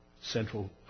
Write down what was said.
central